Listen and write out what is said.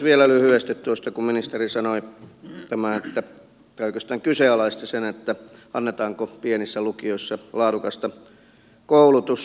vielä lyhyesti tuosta kun ministeri oikeastaan kyseenalaisti sen annetaanko pienissä lukioissa laadukasta koulutusta